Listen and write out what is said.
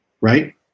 right